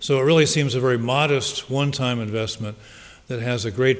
so it really seems a very modest one time investment that has a great